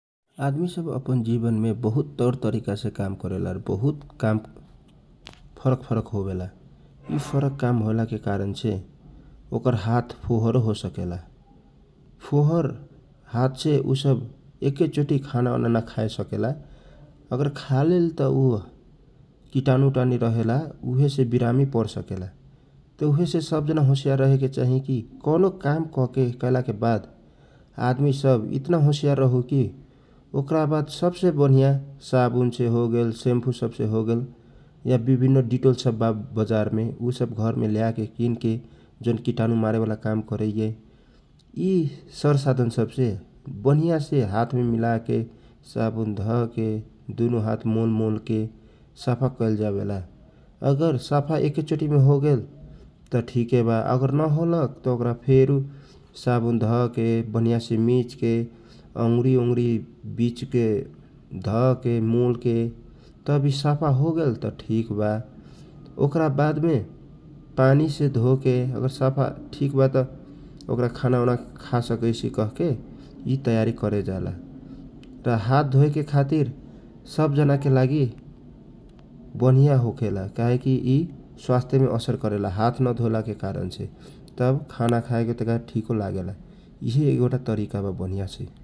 आदमी सब अपन जिवन मे विभिनन तौर तरिका के काम करे जाला उहेसे उसब के हात फोहर हो सकेला फोहर हात से एके चोटी खाना नखा सकेला आखा लेल त विरामी परेके डर रहइए उहे सब जाना कौनो काम कैलाके बाद आदमी सब इतना होसियार होउ की सावुन सेमफो या त डिटोल से घरमे ल्या के हातमे धके मोले के पराइए साफा होगेल त ठीक बा नत फेरू निमन से हात मोल मोल के धोसकेला ओकरा धोयला के बाद मे खाना खासकेला ।